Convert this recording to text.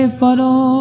paro